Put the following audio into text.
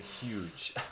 Huge